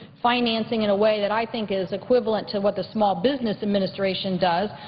financing in a way that i think is equivalent to what the small business administration does,